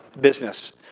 business